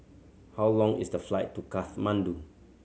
how long is the flight to Kathmandu